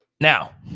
Now